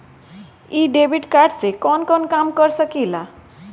इ debit card से कवन कवन काम कर सकिला?